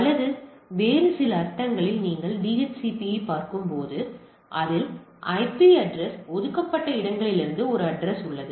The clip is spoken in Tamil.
அல்லது வேறு சில அர்த்தங்களில் நீங்கள் DHCP ஐப் பார்க்கும்போது அதில் ஐபி அட்ரஸ் ஒதுக்கப்பட்ட இடங்களிலிருந்து ஒரு அட்ரஸ் உள்ளது